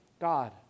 God